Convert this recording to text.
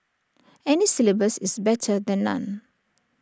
any syllabus is better than none